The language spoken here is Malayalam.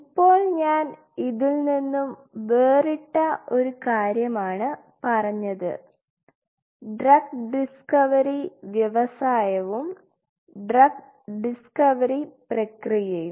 ഇപ്പോൾ ഞാൻ ഇതിൽ നിന്നും വേറിട്ട ഒരു കാര്യമാണ് പറഞ്ഞത് ഡ്രഗ് ഡിസ്കവറി വ്യവസായവും ഡ്രഗ് ഡിസ്കവറി പ്രക്രിയയും